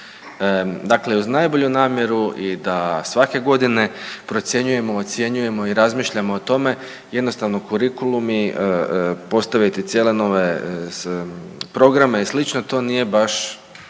Dakle, uz najbolju namjeru i da svake godine procjenjujemo, ocjenjujemo i razmišljamo o tome jednostavno kurikulumi postaviti cijele nove programe i sl. to nije baš